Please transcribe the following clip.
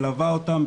מלווה אותם,